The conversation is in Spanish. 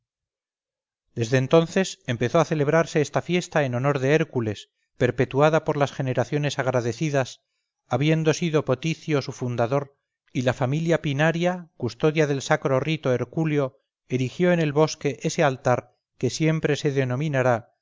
desde entonces empezó a celebrarse esta fiesta en honor de hércules perpetuada por las generaciones agradecidas habiendo sido poticio su fundador y la familia pinaria custodia del sacro rito hercúleo erigió en el bosque ese altar que siempre se denominará